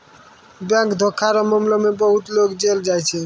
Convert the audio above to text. bank धोखा रो मामला मे बहुते लोग जेल जाय छै